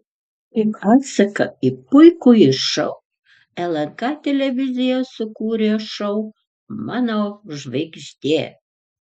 kaip atsaką į puikųjį šou lnk televizija sukūrė šou mano žvaigždė